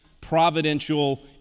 providential